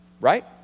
Right